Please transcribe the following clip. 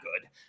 good